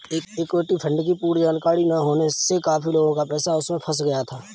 equity fund की पूर्ण जानकारी ना होने से काफी लोगों का पैसा उसमें फंस गया था